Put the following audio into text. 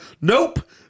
Nope